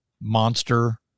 monster